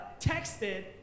texted